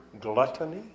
gluttony